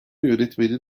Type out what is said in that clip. yönetmenin